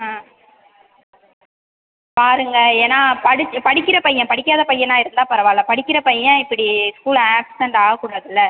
ஆ பாருங்கள் ஏனால் படி படிக்கிற பையன் படிக்காத பையனாக இருந்தால் பரவாயில்ல படிக்கிற பையன் இப்படி ஸ்கூல் ஆப்சண்ட் ஆகக் கூடாதுல்ல